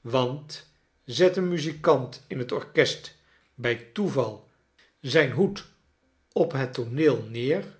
want zet een muzikant in het orkest bij toeval zijn hoed op het tooneel neer